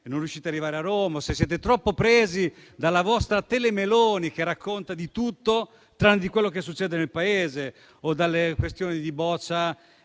non riuscite a arrivare a Roma, o siete troppo presi dalla vostra tele-Meloni che racconta di tutto tranne quello che succede nel Paese, dalle questioni di Boccia